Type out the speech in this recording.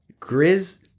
Grizz